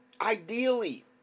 ideally